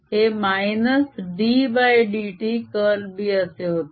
हे -ddtकर्ल B असे होते